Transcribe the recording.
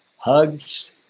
hugs